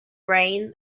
reign